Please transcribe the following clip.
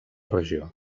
regió